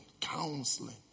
counseling